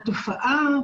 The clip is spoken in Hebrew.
התופעה,